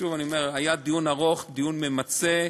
שוב אני אומר: היה דיון ארוך, דיון ממצה,